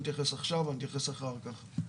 אני אתייחס עכשיו או אני אתייחס אחר כך?